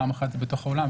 פעם אחת זה בתוך האולם,